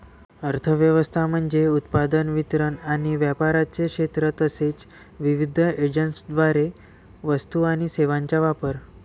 अर्थ व्यवस्था म्हणजे उत्पादन, वितरण आणि व्यापाराचे क्षेत्र तसेच विविध एजंट्सद्वारे वस्तू आणि सेवांचा वापर